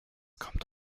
kommt